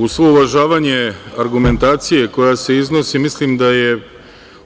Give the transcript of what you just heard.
Uz svo uvažavanje argumentacije koja se iznosi, mislim da je